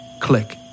Click